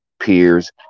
peers